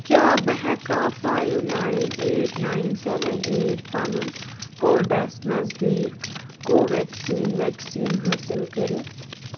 کیٛاہ بہٕ ہیٚکیا five nine eight nine seven eight پَنُن کوڈس نٔزدیٖک کوویٚکسیٖن ویکسیٖن حٲصِل کٔرِتھ